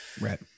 Right